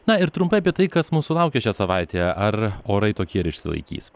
na ir trumpai apie tai kas mūsų laukia šią savaitę ar orai tokie ir išsilaikys